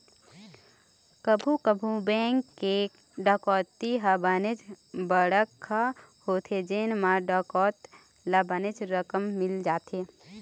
कभू कभू बेंक के डकैती ह बनेच बड़का होथे जेन म डकैत ल बनेच रकम मिल जाथे